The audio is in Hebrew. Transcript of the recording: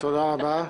תודה רבה.